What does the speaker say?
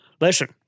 Listen